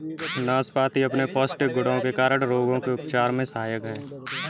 नाशपाती अपने पौष्टिक गुणों के कारण रोगों के उपचार में सहायक है